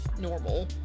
normal